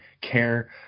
care